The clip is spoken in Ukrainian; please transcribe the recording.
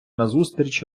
назустріч